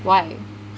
why